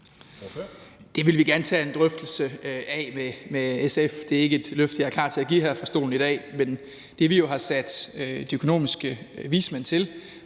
Det vil vi gerne tage en drøftelse af med SF. Det er ikke et løfte, jeg er klar til at give her fra talerstolen i dag. Men det, vi har sat de økonomiske vismænd til,